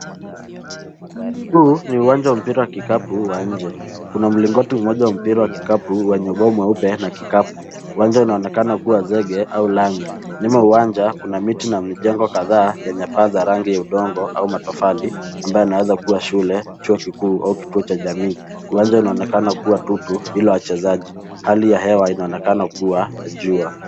Huu ni uwanja wa mpira wa kikapu wa nje. Kuna mlingoti mmoja wa mpira wa kikapu wenye bao mweupe, na kikapu. Uwanja unaonekana kuwa zege, au lami. Nyuma uwanja, kuna miti na mijengo kadhaa, yana paza rangi ya udongo, au matofali, ambayo yanaweza kuwa shule, chuo kikuu au kituo cha jamii. Uwanja unaonekana kuwa tupu, bila wachezaji. Hali ya hewa inaonekana kuwa, jua.